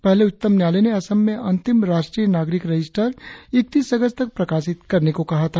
पहले उच्चतम न्यायालय ने असम में अंतिम राष्ट्रीय नागरिक रजिस्टर ईकतीस अगस्त तक प्रकाशित करने को कहा था